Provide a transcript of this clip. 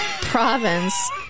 province